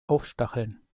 aufstacheln